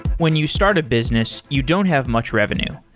when you start a business, you don't have much revenue.